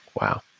Wow